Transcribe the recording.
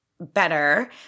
better